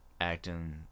acting